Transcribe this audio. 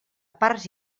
parts